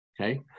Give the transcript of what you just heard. Okay